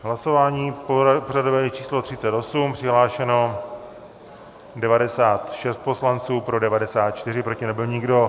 Hlasování pořadové číslo 38, přihlášeno 96 poslanců, pro 94, proti nebyl nikdo.